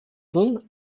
verhandeln